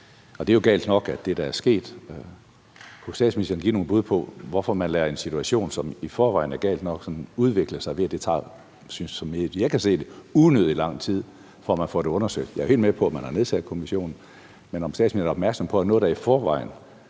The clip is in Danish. give nogle bud på, hvorfor man lader en situation, som i forvejen er gal nok, udvikle sig, ved at det, så vidt jeg kan se, tager unødig lang tid, før man får det undersøgt? Jeg er jo helt med på, at man har nedsat kommissionen, men er statsministeren opmærksom på, at noget, der i forvejen